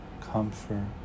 comfort